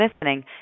listening